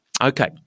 Okay